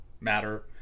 matter